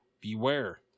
beware